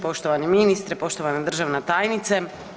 Poštovani ministre, poštovana državna tajnice.